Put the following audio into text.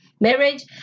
marriage